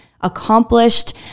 accomplished